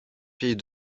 pays